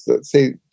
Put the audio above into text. say